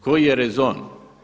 Koji je rezon?